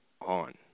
on